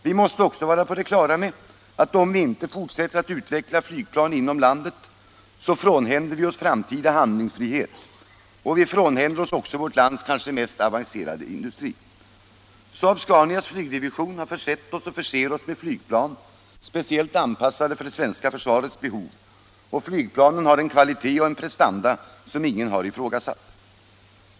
Vi måste också vara på det klara med att om vi inte fortsätter att utveckia flygplan inom landet, så frånhänder vi oss framtida handlingsfrihet, och vi frånhänder oss också vårt lands kanske mest avancerade industri. Saab Scanias flygdivision har försett oss och förser oss med flygplan speciellt anpassade för det svenska försvarets behov, och flygplanen har en kvalitet och prestanda som ingen har ifrågasatt.